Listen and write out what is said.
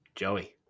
Joey